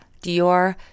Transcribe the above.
Dior